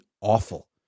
awful